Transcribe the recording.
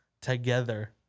together